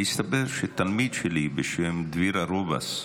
והסתבר שתלמיד שלי בשם דביר ארובס,